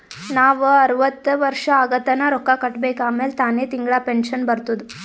ನಾವ್ ಅರ್ವತ್ ವರ್ಷ ಆಗತನಾ ರೊಕ್ಕಾ ಕಟ್ಬೇಕ ಆಮ್ಯಾಲ ತಾನೆ ತಿಂಗಳಾ ಪೆನ್ಶನ್ ಬರ್ತುದ್